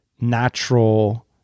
natural